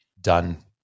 done